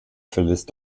verlässt